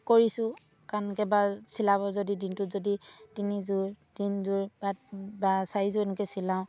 কৰিছোঁ কাৰণ কেইবা চিলাব যদি দিনটোত যদি তিনিযোৰ তিনিযোৰ বা বা চাৰিযোৰ এনেকৈ চিলাওঁ